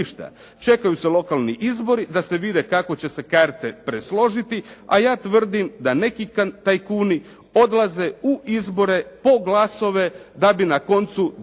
Čekaju se lokalni izbori da se vidi kako će se karte presložiti a ja tvrdim da neki tajkuni odlaze u izbore po glasove da bi na koncu dobili